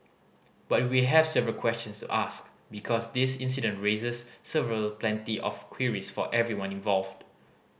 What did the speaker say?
but we have several questions to ask because this incident raises several plenty of queries for everyone involved